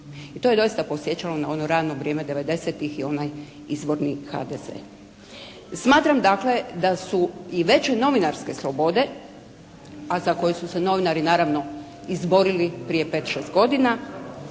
i to je doista podsjećalo na ono rano vrijeme 90-tih i onaj izvorni HDZ. Smatram dakle da su i veće novinarske slobode, a za koje su se novinari naravno izborili prije 5, 6 godina